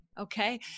okay